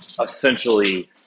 essentially